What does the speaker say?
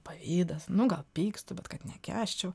pavydas nu gal pykstu bet kad nekęsčiau